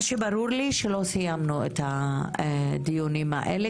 מה שברור לי הוא שלא סיימנו את הדיונים האלה,